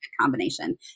combination